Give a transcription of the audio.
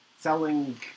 selling